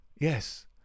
Yes